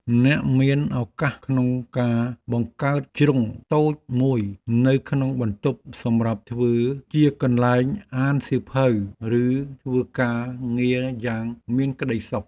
អ្នកមានឱកាសក្នុងការបង្កើតជ្រុងតូចមួយនៅក្នុងបន្ទប់សម្រាប់ធ្វើជាកន្លែងអានសៀវភៅឬធ្វើការងារយ៉ាងមានក្ដីសុខ។